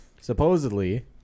supposedly